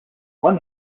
one